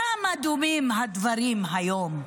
כמה דומים הדברים היום.